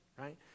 right